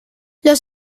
los